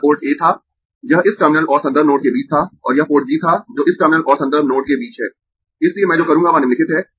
यह port A था यह इस टर्मिनल और संदर्भ नोड के बीच था और यह पोर्ट B था जो इस टर्मिनल और संदर्भ नोड के बीच है इसलिए मैं जो करूँगा वह निम्नलिखित है